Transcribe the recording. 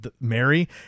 Mary